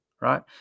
right